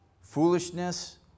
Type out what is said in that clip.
Foolishness